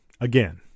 again